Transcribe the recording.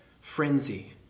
frenzy